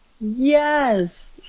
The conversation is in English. Yes